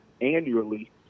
annually